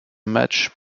match